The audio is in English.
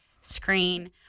screen